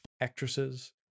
actresses